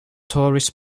tourists